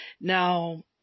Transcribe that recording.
Now